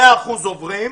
100 אחוזים עובדים.